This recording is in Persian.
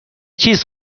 چیز